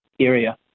area